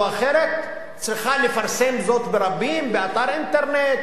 או אחרת צריכה לפרסם זאת ברבים באתר אינטרנט,